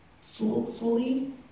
fully